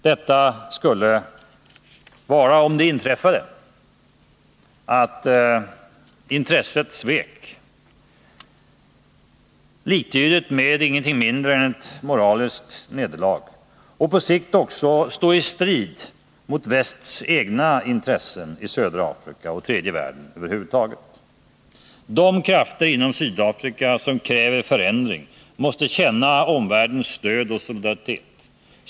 Om så sker skulle det vara liktydigt med ett moraliskt nederlag. På sikt skulle det också stå i strid mot västs egna intressen i södra Afrika och i tredje världen över huvud taget. De krafter inom Sydafrika som kräver förändring måste känna omvärldens stöd och solidaritet.